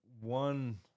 one